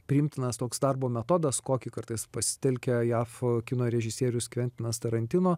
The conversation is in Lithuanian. priimtinas toks darbo metodas kokį kartais pasitelkia jav kino režisierius kventinas tarantino